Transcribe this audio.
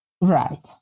Right